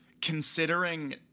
considering